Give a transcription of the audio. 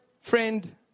friend